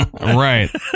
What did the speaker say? right